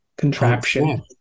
Contraption